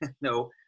no